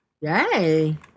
Yay